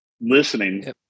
listening